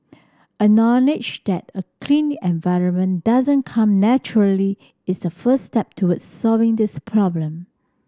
acknowledge that a clean environment doesn't come naturally is the first step toward solving this problem